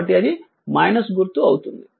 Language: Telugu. కాబట్టి అది గుర్తు అవుతుంది